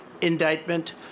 indictment